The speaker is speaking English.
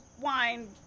wine